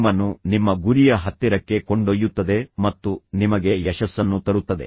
ನಿಮ್ಮನ್ನು ನಿಮ್ಮ ಗುರಿಯ ಹತ್ತಿರಕ್ಕೆ ಕೊಂಡೊಯ್ಯುತ್ತದೆ ಮತ್ತು ನಿಮಗೆ ಯಶಸ್ಸನ್ನು ತರುತ್ತದೆ